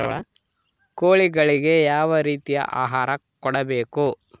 ಕೋಳಿಗಳಿಗೆ ಯಾವ ರೇತಿಯ ಆಹಾರ ಕೊಡಬೇಕು?